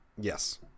Yes